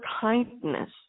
kindness